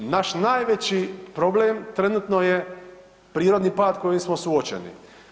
Naš najveći problem trenutno je prirodni pad s kojim smo suočeni.